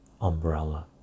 umbrella